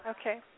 Okay